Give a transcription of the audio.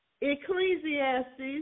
Ecclesiastes